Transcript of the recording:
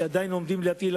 שעדיין עומדים להטיל,